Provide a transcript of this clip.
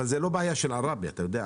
אבל זו לא בעיה של עראבה, אתה יודע.